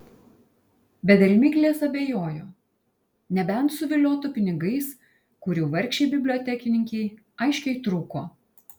bet dėl miglės abejojo nebent suviliotų pinigais kurių vargšei bibliotekininkei aiškiai trūko